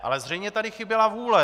Ale zřejmě tady chyběla vůle.